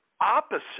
opposite